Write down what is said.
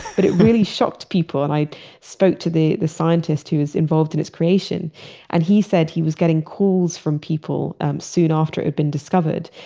but it really shocked people and i spoke to the the scientist who was involved in its creation and he said he was getting calls from people soon after it had been discovered,